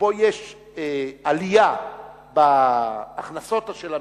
שבו יש עלייה בהכנסות של המדינה,